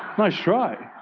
nice try.